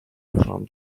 from